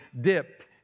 dipped